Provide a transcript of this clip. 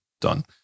done